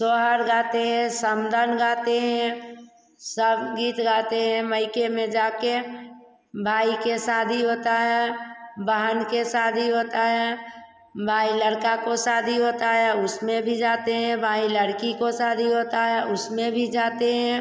सोहर गाते हैं समधन गाते हैं सब गीत गाते हैं माइके में जाकर भाई की शादी होती है बहन के शादी होती है भाई लड़के की शादी होती है उसमें भी जाते हैं भाई लड़की को शादी होती है उसमें भी जाते हैं